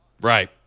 Right